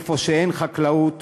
איפה שאין חקלאות